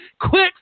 Quit